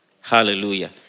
Hallelujah